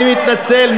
אני מתנצל,